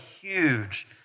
huge